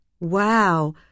Wow